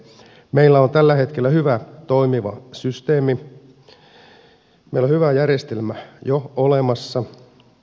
meillä on tällä hetkellä hyvä toimiva systeemi meillä on hyvä järjestelmä jo olemassa